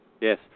Yes